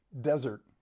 desert